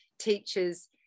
teachers